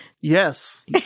Yes